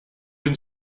une